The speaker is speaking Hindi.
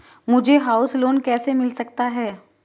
मुझे हाउस लोंन कैसे मिल सकता है?